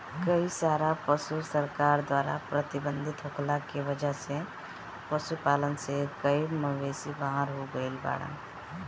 कई सारा पशु सरकार द्वारा प्रतिबंधित होखला के वजह से पशुपालन से कई मवेषी बाहर हो गइल बाड़न